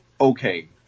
okay